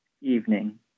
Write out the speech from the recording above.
evening